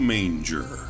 Manger